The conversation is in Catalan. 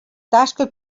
tasca